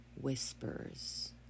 whispers